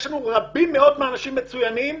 יש לנו רבים מאוד מהאנשים מצוינים,